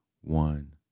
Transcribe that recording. one